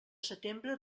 setembre